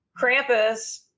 Krampus